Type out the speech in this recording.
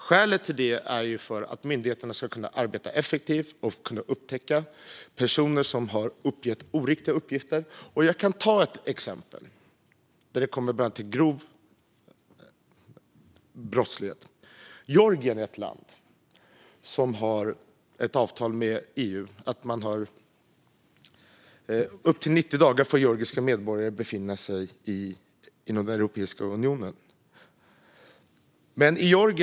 Skälet till detta är att myndigheterna ska kunna arbeta effektivt och upptäcka personer som har uppgett oriktiga uppgifter. Jag kan ta ett exempel som bland annat gäller grov brottslighet. Georgien har ett avtal med EU om att georgiska medborgare får befinna sig inom Europeiska unionen i upp till 90 dagar.